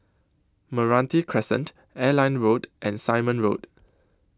Meranti Crescent Airline Road and Simon Road